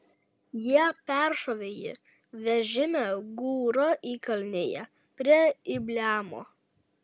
jie peršovė jį vežime gūro įkalnėje prie ibleamo